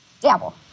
dabble